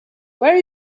were